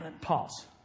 pause